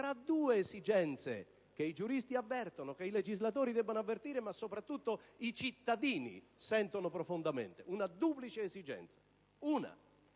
tra due esigenze che i giuristi avvertono e che i legislatori devono avvertire, ma soprattutto i cittadini sentono profondamente. Faccio riferimento ad